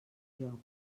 joc